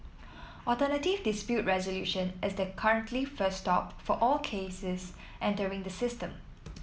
alternative dispute resolution is the currently first stop for all cases entering the system